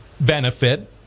benefit